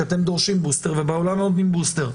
אתם דורשים בוסטר ובעולם לא נותנים בוסטר.